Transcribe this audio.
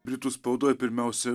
britų spaudoj pirmiausia